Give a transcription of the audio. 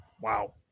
wow